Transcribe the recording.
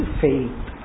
faith